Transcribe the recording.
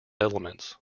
elements